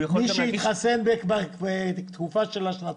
הוא יכול גם להגיש --- מה קורה עם מי שהתחסן בתקופה של השנתיים?